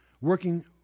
working